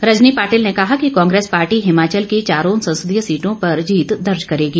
रजनी पाटिल ने कहा कि कांग्रेस पार्टी हिमाचल की चारों संसदीय सीटों पर जीत दर्ज करेगी